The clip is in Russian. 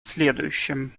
следующем